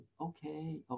okay